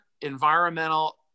environmental